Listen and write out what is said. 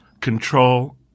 control